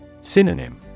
Synonym